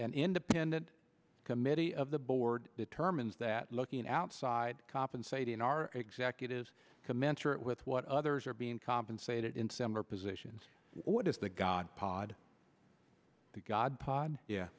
and independent committee of the board determines that looking outside compensating our executives commensurate with what others are being compensated in similar positions what is the god pod the god pod